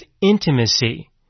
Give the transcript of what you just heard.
intimacy